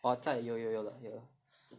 orh 在有有有 lah 有